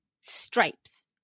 stripes